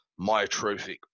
myotrophic